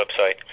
website